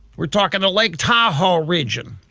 we're talkin' the lake tahoe region.